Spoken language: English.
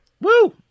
Woo